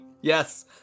Yes